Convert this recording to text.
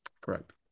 Correct